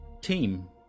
Team